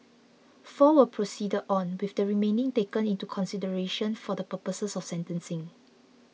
four were proceeded on with the remaining taken into consideration for the purposes of sentencing